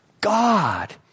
God